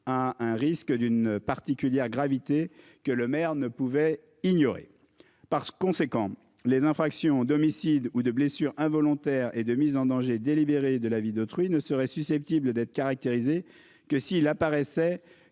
à un risque d'une particulière gravité, que le maire ne pouvait ignorer parce conséquent les infractions d'homicide ou de blessures involontaires et de mise en danger délibérée de la vie d'autrui ne seraient susceptibles d'être caractérisées que s'il apparaissait